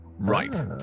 right